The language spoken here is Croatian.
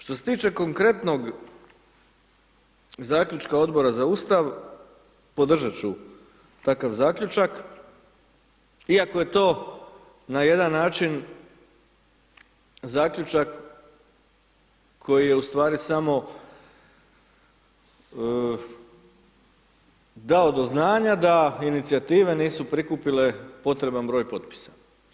Što se tiče konkretnog zaključka Odbora za Ustav, podržat ću takav zaključak, iako je to na jedan način zaključak koji je u stvari samo dao do znanja da inicijative nisu prikupile potreban broj potpisa.